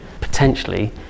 potentially